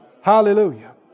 Hallelujah